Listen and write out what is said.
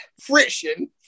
friction